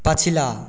पछिला